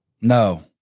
no